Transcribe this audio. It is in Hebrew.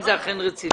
אם זה אכן רציני.